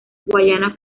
guayana